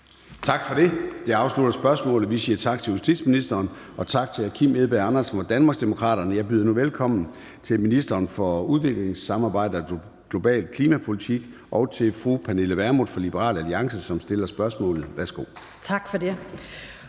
Tak for det. Det afslutter spørgsmålet. Vi siger tak til justitsministeren og tak til hr. Kim Edberg Andersen fra Danmarksdemokraterne. Jeg byder nu velkommen til ministeren for udviklingssamarbejde og global klimapolitik og til fru Pernille Vermund fra Liberal Alliance, som stiller spørgsmålet. Kl. 13:35 Spm.